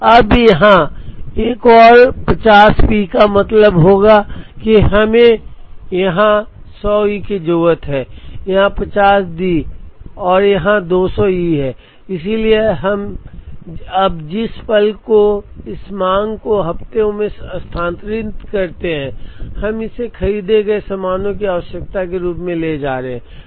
अब यहां एक और 50 पी का मतलब होगा कि हमें यहां 100 ई की जरूरत है यहां 50 डी और यहां 200 ई है इसलिए अब जिस पल को हम इस मांग को हफ्तों में स्थानांतरित करते हैं हम इसे खरीदे गए सामानों की आवश्यकता के रूप में ले जा रहे हैं